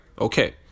Okay